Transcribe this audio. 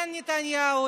כן נתניהו,